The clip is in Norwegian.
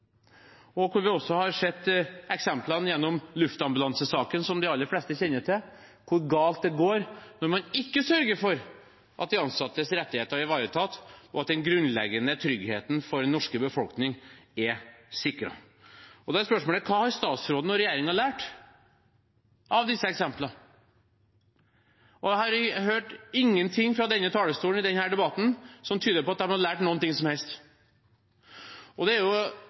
Vi har også sett av eksemplene i luftambulansesaken, som de aller fleste kjenner til, hvor galt det kan gå når man ikke sørger for at de ansattes rettigheter er ivaretatt og den grunnleggende tryggheten for den norske befolkning er sikret. Da er spørsmålet: Hva har statsråden og regjeringen lært av disse eksemplene? Jeg har ikke hørt noen ting fra denne talerstolen i denne debatten som tyder på at de har lært noe som helst. Og det er